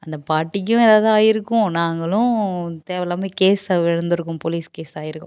அந்த பாட்டிக்கும் ஏதாவது ஆயிருக்கும் நாங்களும் தேவை இல்லாமல் கேஸ் விழுந்திருக்கும் போலீஸ் கேஸ் ஆயிருக்கும்